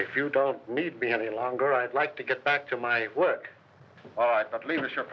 if you don't need me any longer i'd like to get back to my work but leadership